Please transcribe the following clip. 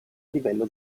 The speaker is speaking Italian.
livello